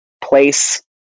place